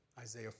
Isaiah